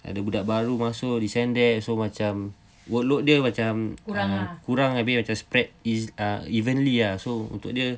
ada budak baru masuk this and that so macam workload dia macam kurang tapi macam spread eas~ uh evenly ah so untuk dia